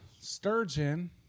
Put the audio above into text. sturgeon